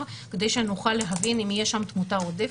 כדי שנוכל להבין אם יש שם תמותה עודפת.